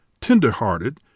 tender-hearted